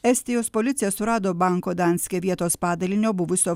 estijos policija surado banko danske vietos padalinio buvusio